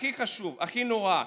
והכי חשוב, הכי נורא,